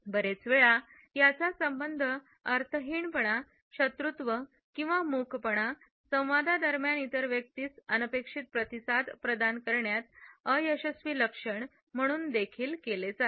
बरेच वेळा याचा संबंध अर्थहीनपणा शत्रुत्व किंवा मूकपणा संवाददरम्यान इतर व्यक्तीस अनपेक्षित प्रतिसाद प्रदान करण्यात अयशस्वी लक्षण म्हणून देखील वर्णन केले जाते